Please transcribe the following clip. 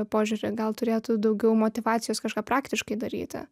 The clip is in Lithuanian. požiūrį gal turėtų daugiau motyvacijos kažką praktiškai daryti